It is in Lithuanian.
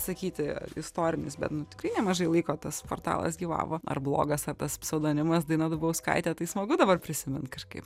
sakyti istorinis bet tikrai nemažai laiko tas portalas gyvavo ar blogas ar tas pseudonimas daina dubauskaitė tai smagu dabar prisimint kažkaip